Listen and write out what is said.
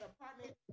apartment